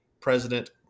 president